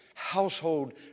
Household